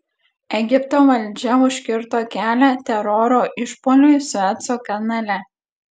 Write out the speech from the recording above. egipto valdžia užkirto kelią teroro išpuoliui sueco kanale